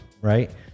right